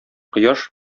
кояш